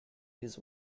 his